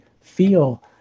feel